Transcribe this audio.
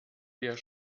der